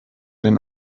den